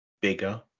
bigger